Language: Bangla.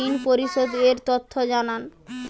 ঋন পরিশোধ এর তথ্য জানান